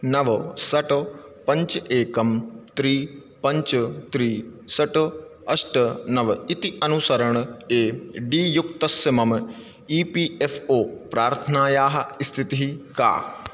नव षट् पञ्ज एकं त्रिणि पञ्च त्रिणि षट् अष्ट नव इति अनुसरण ए डी युक्तस्य मम ई पी एफ़् ओ प्रार्थनायाः स्थितिः का